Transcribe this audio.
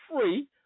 free